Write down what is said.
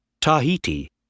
Tahiti